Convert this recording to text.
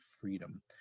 freedom